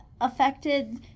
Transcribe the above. affected